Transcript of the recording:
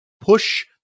push